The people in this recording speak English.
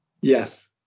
Yes